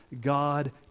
God